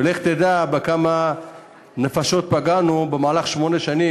לך תדע בכמה נפשות פגענו בשמונה השנים